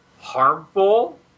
harmful